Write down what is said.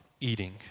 eating